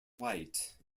white